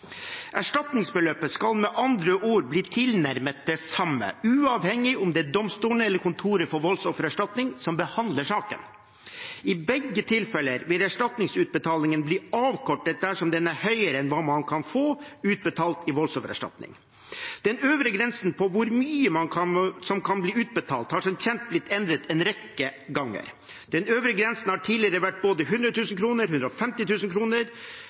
Erstatningsbeløpet skal med andre ord bli tilnærmet det samme uavhengig av om det er domstolen eller Kontoret for voldsoffererstatning som behandler saken. I begge tilfeller vil erstatningsutbetalingen bli avkortet dersom den er høyere enn hva man kan få utbetalt i voldsoffererstatning. Den øvre grensen for hvor mye som kan bli utbetalt, har som kjent blitt endret en rekke ganger. Den øvre grensen har tidligere vært både